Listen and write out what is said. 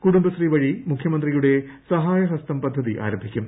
കുടുംബശ്രീവഴി മുഖ്യമന്ത്രിയുടെ സഹായഹസ്തം പദ്ധതി ആരംഭിക്കും